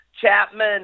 Chapman